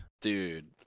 Dude